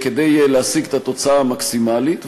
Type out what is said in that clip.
כדי להשיג את התוצאה המקסימלית.